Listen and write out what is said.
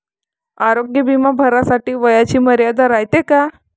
आरोग्य बिमा भरासाठी वयाची मर्यादा रायते काय?